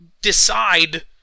decide